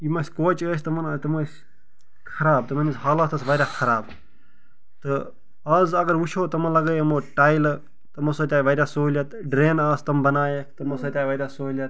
یِم اسہِ کوچہٕ ٲسۍ تِمَن ٲں تِم ٲسۍ خراب تِمَن ہِنٛز حالت ٲس واریاہ خراب تہٕ آز اَگر وُچھو تِمَن لَگٲے یِمو ٹایلہٕ تِمو سۭتۍ آیہِ واریاہ سہوٗلیَت ڈرٛینہٕ آس تِم بَنایَکھ تِمو سۭتۍ آیہِ واریاہ سہوٗلیت